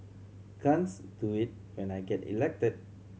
can't do it when I get elected